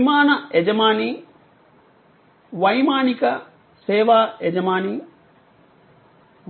విమాన యజమాని వైమానిక సేవా యజమాని